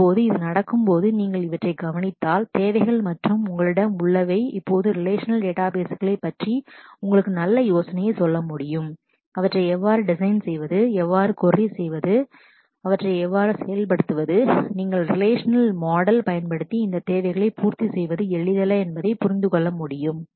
இப்போது அது நடக்கும் போது நீங்கள் இவற்றைக் கவனித்தால் தேவைகள் மற்றும் உங்களிடம் உள்ளவை இப்போது ரிலேஷநல் டேட்டாபேஸ் களைப் relational database பற்றி உங்களுக்கு நல்ல யோசனையை சொல்ல முடியும் அவற்றை எவ்வாறு டிசைன் design செய்வது அவற்றை எவ்வாறு கொரி செய்வது அவற்றை எவ்வாறு செயல்படுத்துவது நீங்கள் ரிலேஷநல் மாடல் relational model பயன்படுத்தி இந்த தேவைகளைப் பூர்த்தி செய்வது எளிதல்ல என்பதை புரிந்து கொள்ள முடியும்